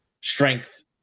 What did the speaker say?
strength